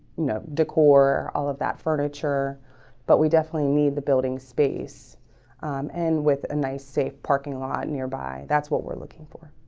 know decor all of that furniture but we definitely need the building space and with a nice safe parking lot nearby. that's what we're looking for.